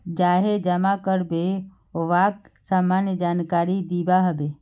जाहें जमा कारबे वाक सामान्य जानकारी दिबा हबे